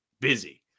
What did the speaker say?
busy